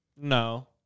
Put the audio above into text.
No